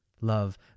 Love